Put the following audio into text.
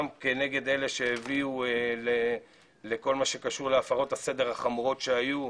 כנגד אלה שהביאו לכל מה שקשור להפרות הסדר החמורות שהיו,